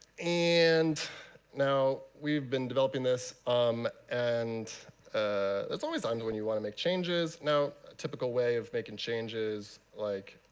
and now we've been developing this um and ah it's always on when you want to make changes. now a typical way of making changes, like